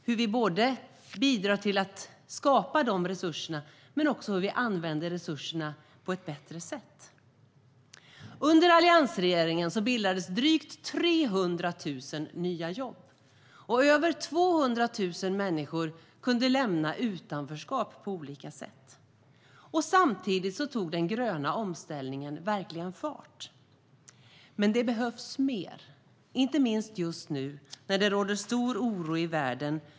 Det gäller både hur vi bidrar till att skapa dessa resurser och hur vi använder resurserna på ett bättre sätt. Under alliansregeringen bildades drygt 300 000 nya jobb, och över 200 000 människor kunde lämna utanförskapet på olika sätt. Samtidigt tog den gröna omställningen verkligen fart. Det behövs dock mer, inte minst just nu när det råder stor oro i världen.